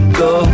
go